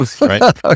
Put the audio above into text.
right